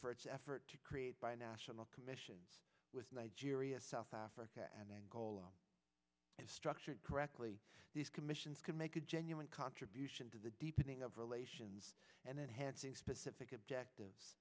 for its effort to create bi national commission with nigeria south africa and angola and structured correctly these commissions can make a genuine contribution to the deepening of relations and then hansing specific objectives